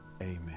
Amen